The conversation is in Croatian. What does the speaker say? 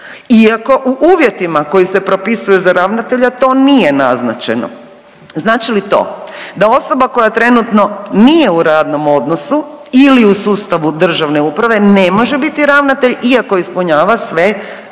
iako u uvjetima koji se propisuju za ravnatelja to nije naznačeno. Znači li to da osoba koja trenutno nije u radnom odnosu ili u sustavu državne uprave ne može biti ravnatelj iako ispunjava sve druge